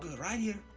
right here,